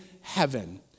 heaven